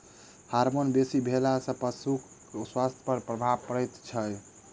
Hormone बेसी भेला सॅ पशुक स्वास्थ्य पर की प्रभाव पड़ैत छै?